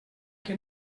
que